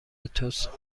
تست